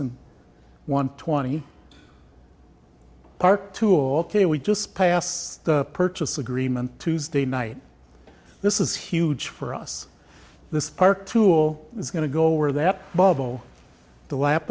and one twenty park tool kit we just passed the purchase agreement tuesday night this is huge for us this park tool is going to go over that bubble the lap